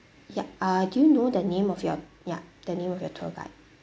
ya uh do you know the name of your ya the name of your tour guide